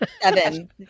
seven